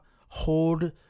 hold